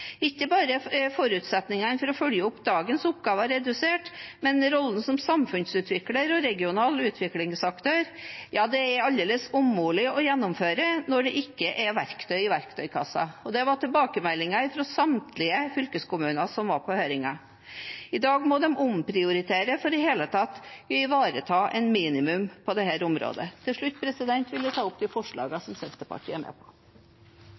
Ikke bare er forutsetningene for å følge opp dagens oppgaver redusert, men rollen som samfunnsutvikler og regional utviklingsaktør er aldeles umulig å gjennomføre når det ikke er verktøy i verktøykassen. Det var tilbakemeldingen fra samtlige fylkeskommuner som var på høringen. I dag må de omprioritere for i det hele tatt å ivareta et minimum på dette området. Det blir replikkordskifte. Som representanten Trellevik sa i sitt innlegg, vil Høyre sikre vekstkraft i hele landet. Det krever en bred satsing på